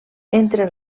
entre